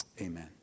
Amen